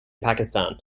pakistan